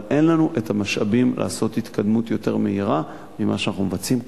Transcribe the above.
אבל אין לנו המשאבים להתקדמות יותר מהירה ממה שאנחנו מבצעים כרגע.